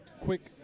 quick